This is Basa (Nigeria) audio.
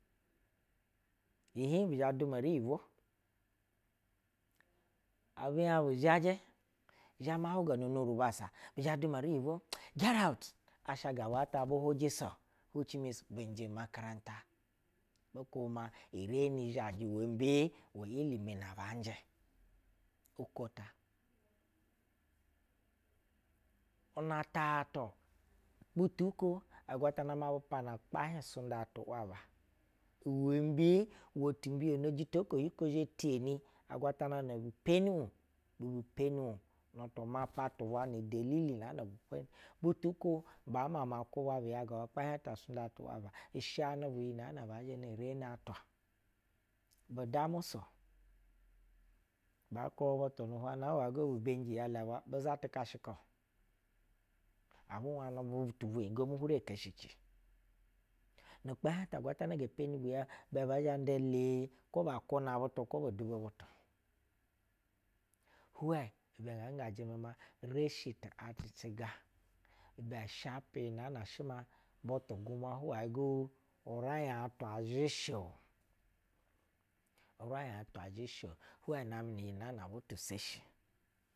Ihin bi zhɛ duma riyibwo, abɛ hiɛh bu zhajɛ, zhɛ ma hwuga nu unu ru bassa bi zhɛ duma rii yibwo “getront” sha ga bua ta bu hwujɛsa-o which means benjɛ makaranta. bukwubɛ ma ureni zhajɛ uwɛmbe uwɛ ilimi na baa njɛ ukota. Una taa tu jitako agwatana ma bu pana kpa hieh sunda tu’ waba uwenbe? Uwe timbiyona jitako iyi ko zhɛ teni agwatana nab u peni!? Ibu bupeni ih na tu mapatu bwa ne dalili na bɛshɛ butu ko ba ma ma ku bwa bu yagawa ukpa hiɛh ata sunda tu wa ishɛnɛ iyi nɛ bɛ zhɛ no mbiyono atwa bud amu su baa kwubɛ butu hwayi go na hwana bi berinji yala bwa bu za ti kashika-o abi hiɛh bob u dabo gomu hure keshi nu kpahieb ata agwatana ge peni buya bun a nda kw oba kwuna butu, kw obo dubo butu hwɛ ibɛ shpɛ yo nɛɛ nɛɛ bila, butu gumwa huwayɛ go urain atwa namɛ n iyi nɛɛ nɛ butu seshi.